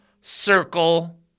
circle